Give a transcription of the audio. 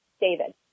David